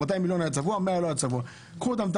קחו אותם,